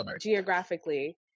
geographically